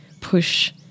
push